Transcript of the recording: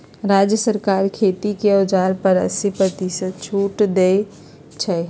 राज्य सरकार खेती के औजार पर अस्सी परतिशत छुट देई छई